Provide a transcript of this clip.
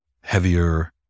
heavier